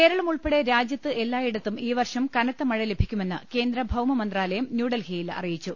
കേരളം ഉൾപ്പെടെ രാജ്യത്ത് എല്ലായിടത്തും ഈ വർഷം കനത്ത മഴ ലഭിക്കുമെന്ന് കേന്ദ്ര ഭൌമമന്ത്രാലയം ന്യൂഡൽഹിയിൽ അറിയിച്ചു